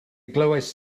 glywais